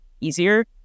easier